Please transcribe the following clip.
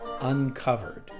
Uncovered